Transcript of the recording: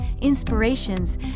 Inspirations